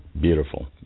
Beautiful